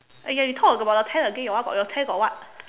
!aiya! you talk about your tent again your one got your tent got what